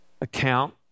account